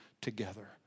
together